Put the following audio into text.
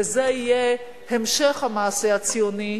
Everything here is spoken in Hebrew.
וזה יהיה המשך המעשה הציוני,